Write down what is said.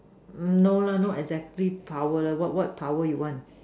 no lah not exactly power what what power you want